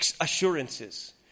assurances